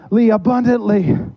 abundantly